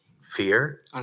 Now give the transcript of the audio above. fear